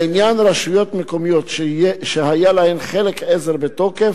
לעניין רשויות מקומיות שהיה להן חוק עזר בתוקף,